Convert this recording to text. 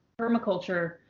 permaculture